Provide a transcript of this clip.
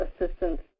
assistance